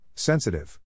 Sensitive